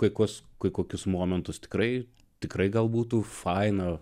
kaikuos kai kokius momentus tikrai tikrai gal būtų faina